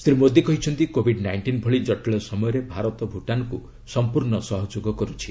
ଶ୍ରୀ ମୋଦି କହିଛନ୍ତି covid nineteen ଭଳି କଟିଳ ସମୟରେ ଭାରତ ଭୁଟାନକୁ ସମ୍ପର୍ଶ୍ଣ ସହଯୋଗ କରୁଛି